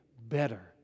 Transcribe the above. better